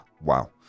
wow